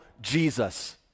Jesus